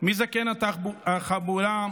מזקן החבורה,